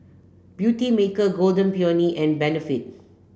Beautymaker Golden Peony and Benefit